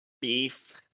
Beef